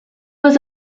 was